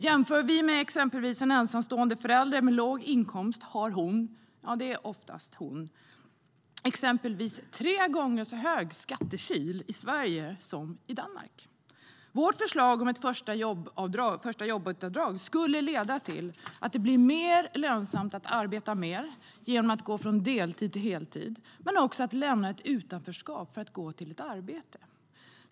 Jämför vi exempelvis en ensamstående förälder med låg inkomst har hon - ja, det är oftast en hon - exempelvis tre gånger så hög skattekil i Sverige som i Danmark.Vårt förslag om ett förstajobbetavdrag skulle leda till att det blir mer lönsamt att arbeta mer, genom att gå från deltid till heltid, men också att lämna ett utanförskap för arbete.